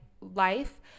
life